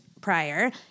prior